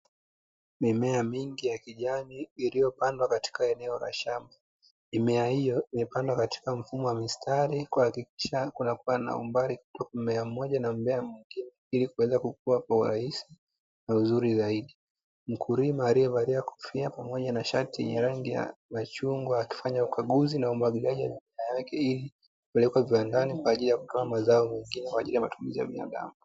Mimea mingi ya kijani iliyopandwa katika eneo la shamba. Mimea hiyo imepandwa katika mfumo wa mistari, kuhakikisha kunakuwa umbali kutoka mmea mmoja na mmea mwingine ili kuweza kukua kwa urahisi na uzuri zaidi, mkulima alievalia kofia pamoja na shati lenye rangi ya machungwa